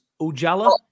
Ujala